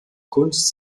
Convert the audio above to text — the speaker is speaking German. kunst